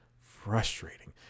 frustrating